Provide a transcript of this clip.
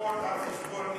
נוספות על חשבון ניסן.